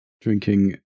drinking